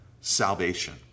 salvation